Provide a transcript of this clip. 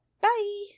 bye